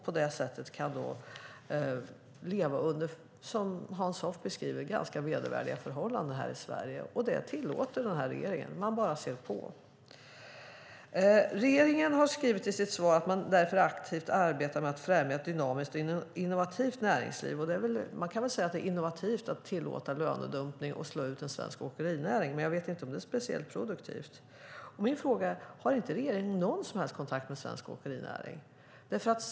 På det sättet kan de leva under, som Hans Hoff beskriver, ganska vedervärdiga förhållanden här i Sverige, och det tillåter regeringen. Man bara ser på. I ministerns svar står det att man därför aktivt arbetar med att främja ett dynamiskt och innovativt näringsliv. Och man kan väl säga att det är innovativt att tillåta lönedumpning och slå ut svensk åkerinäring, men jag vet inte om det är speciellt produktivt. Min fråga är: Har inte regeringen någon som helst kontakt med svensk åkerinäring?